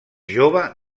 jove